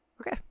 Okay